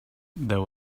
there